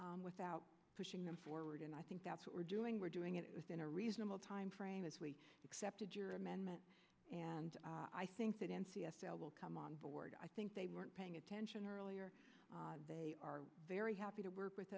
doing without pushing them forward and i think that's what we're doing we're doing it within a reasonable time frame as we accepted your amendment and i think that in c s l will come on board i think they weren't paying attention earlier they are very happy to work with